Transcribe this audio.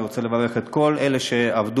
אני רוצה לברך את כל אלה שעבדו.